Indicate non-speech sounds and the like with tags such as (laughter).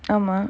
(noise) ஆமா:aamaa